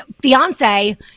fiance